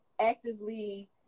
actively